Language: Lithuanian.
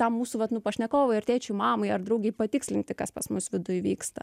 tą mūsų vat nu pašnekovui ar tėčiui mamai ar draugei patikslinti kas pas mus viduj vyksta